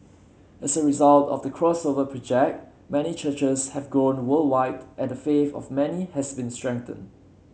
as a result of the Crossover Project many churches have grown worldwide and the faith of many has been strengthened